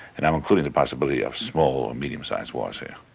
and i am including the possibility of small or medium size wars here.